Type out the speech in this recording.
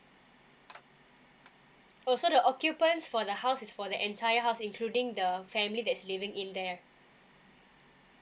oh so the occupants for the house is for the entire house including the family that's living in there